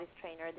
trainer